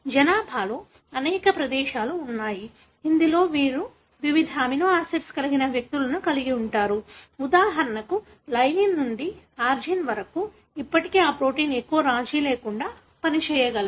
జనాభాలో అనేక ప్రదేశాలు ఉన్నాయి ఇందులో మీరు వివిధ అమినో ఆసిడ్ కలిగిన వ్యక్తులను కలిగి ఉంటారు ఉదాహరణకు లైసిన్ నుండి అర్జినిన్ వరకు ఇప్పటికీ ఆ ప్రోటీన్ ఎక్కువ రాజీ లేకుండా పనిచేయగలదు